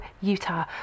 Utah